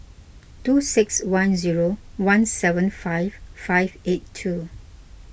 two six one zero one seven five five eight two